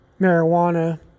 marijuana